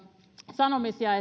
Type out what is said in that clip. sanomisia